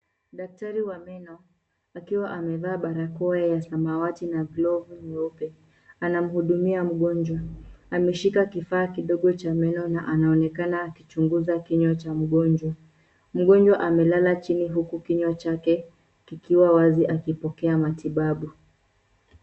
Daktari wa meno akiwa amevaa barakoa ya samawati na glovu nyeupe anamhudumia mgonjwa. Ameshika kifaa kidogo cha meno na anaonekana akichunguza kinywa cha mgonjwa. Mgonjwa amelala chini huku kinywa chake kikiwa wazi akipokea matibabu.